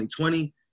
2020